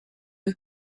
you